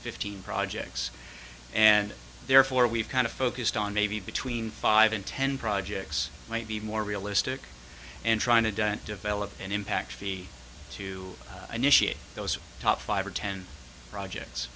fifteen projects and therefore we've kind of focused on maybe between five and ten projects might be more realistic and trying to develop an impact fee to initiate those top five or ten projects